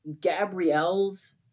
Gabrielle's